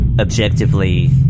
objectively